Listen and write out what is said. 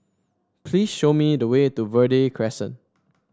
please show me the way to Verde Crescent